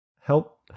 Help